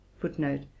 Footnote